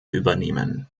übernehmen